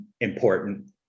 important